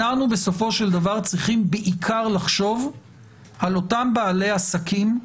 אנחנו בסופו של דבר צריכים בעיקר לחשוב על אותם בעלי עסקים,